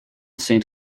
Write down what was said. saint